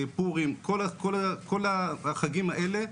פורים כל חגים האלה,